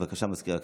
בבקשה, מזכיר הכנסת.